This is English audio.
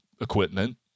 equipment